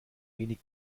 wenig